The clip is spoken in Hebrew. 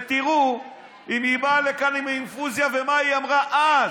ותראו אם היא באה לכאן עם האינפוזיה ומה היא אמרה אז.